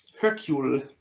Hercule